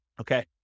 Okay